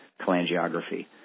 cholangiography